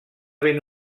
ben